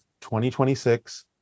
2026